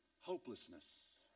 Hopelessness